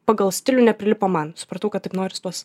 pagal stilių neprilipo man supratau kad taip noris tos